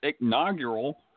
inaugural